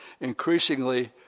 increasingly